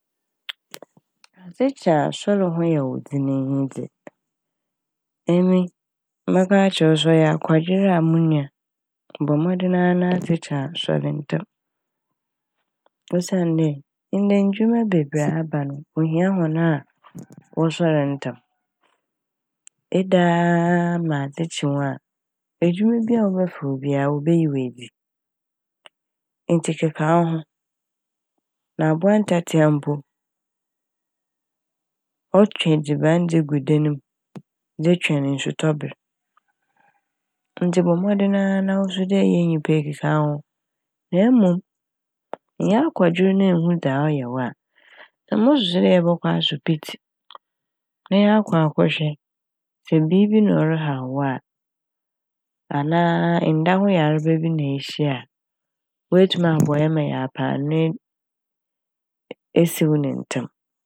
Adzekye a soɛr ho yɛ wo dzen yi dze, makakyerɛ wo sɛ ɔyɛ akwadwer a mu nua bɔ mbɔden na adzekyee a soɛr ntsɛm. Osiandɛ ndɛ ndwuma bebree aba a no wohia hɔn a wɔsoɛr ntsɛm. Edaaa a ma adzekye wo a, edwuma biara a wɔbɛfa wo biara n' wobeyi wo edzi ntsi keka wo ho. Na abowa ntatsea mpo ɔtwe edziban dze gu dan mu dze twɛn nsutɔ ber. Ntsi bɔ mbɔdzen ara na dɛ wo so eyɛ nyimpa yi fa aho- na mbom nnyɛ akwadwer na ennhu dza ɔyɛ wo a mosusu dɛ yɛbɔkɔ asopitsi na yɛakɔ akɔhwɛ sɛ biibi na ɔrehaw wo a anaa nda ho yarba bi na ehyia a oetum akɔyɛ ma a yɛapɛ n'ano edu- esiw ne ntsɛm.